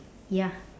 ya